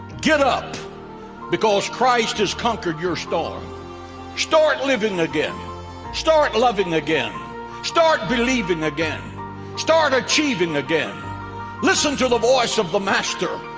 get up because christ has conquered your storm start living again start loving again start believing again start achieving again listen to the voice of the master.